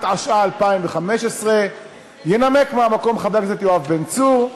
התשע"ה 2015. ינמק מהמקום חבר הכנסת יואב בן צור,